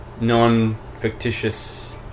non-fictitious